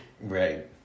right